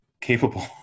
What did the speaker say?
capable